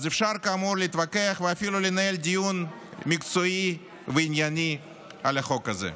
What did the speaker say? אז אפשר כאמור להתווכח ואפילו לנהל דיון מקצועי וענייני על החוק הזה.